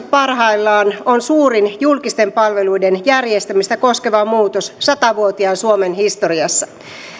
parhaillaan on suurin julkisten palveluiden järjestämistä koskeva muutos sata vuotiaan suomen historiassa